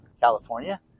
California